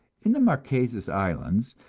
in the marquesas islands,